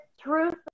truth